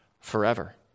forever